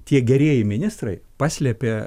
tie gerieji ministrai paslėpė